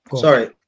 Sorry